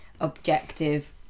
objective